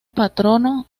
patrono